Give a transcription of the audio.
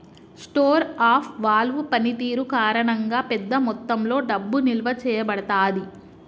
store of value పనితీరు కారణంగా, పెద్ద మొత్తంలో డబ్బు నిల్వ చేయబడతాది